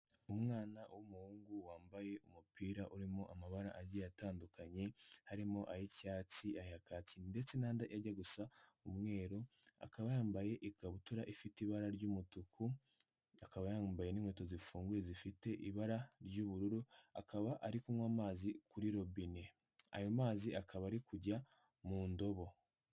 Umwana w'umuhungu wambaye umupira urimo amabara agiye atandukanye, harimo ay'icyatsi, aya kaki, ndetse n'andi ajya gusa umweru, akaba yambaye ikabutura ifite ibara ry'umutuku, akaba yambaye n'inkweto zifunguye zifite ibara ry'ubururu, akaba ari kunywa amazi kuri robine, ayo mazi akaba ari kujya mu ndobo.